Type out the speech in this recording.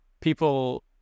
people